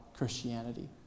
Christianity